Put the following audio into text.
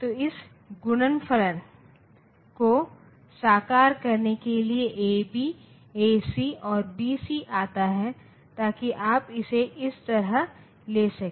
तो इस गुणनफल को साकार करने के लिए ए बी ए सी और बी सी आता है ताकि आप इसे इस तरह ले सकें